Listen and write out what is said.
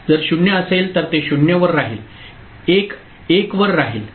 जर 0 असेल तर ते 0 वर राहील 1 1 वर राहील